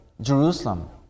Jerusalem